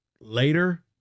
later